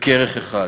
בכרך אחד.